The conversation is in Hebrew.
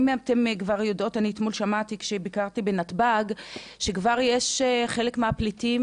אני אתמול שמעתי כשביקרתי בנתב"ג שכבר חלק מהפליטים,